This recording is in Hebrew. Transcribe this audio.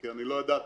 כי לא ידעתי,